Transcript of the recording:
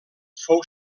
fou